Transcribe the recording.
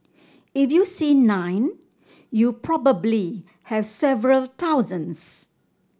if you see nine you probably have several thousands